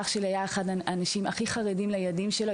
אם אח שלי היה חושב שיש סכנה לילד שלו,